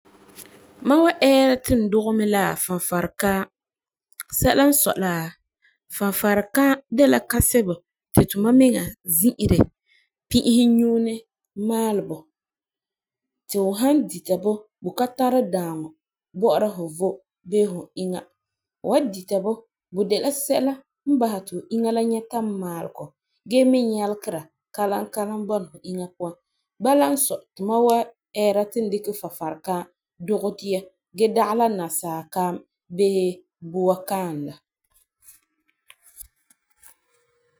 Ma wan ɛɛra ti n dugɛ mi la Farefari kaam sɛla n sɔi la Farefari kaam de la kasɛbo ti tuma miŋa zi'irɛ pi'isɛ nyuuni maalɛ bo ti fu san dita bɔ bo ma tari daaŋɔ bɔ'ɔra fu vom bee hu inya. Fu wa dita bɔ, bo de la sɛla n basɛ ti fu inya la nyɛta maalegɔ gee mi nyɛlegera kalam kalam bɔna fu inya puan n sɔi ti ma wan ɛɛra ti n dikɛ Farefari kaam dugɛ dia gee dage la nasaa kaam bee bua kaam la.